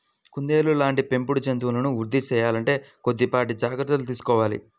కుందేళ్ళ లాంటి పెంపుడు జంతువులను వృద్ధి సేయాలంటే కొద్దిపాటి జాగర్తలు తీసుకోవాలి